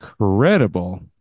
incredible